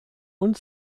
und